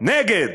נגד.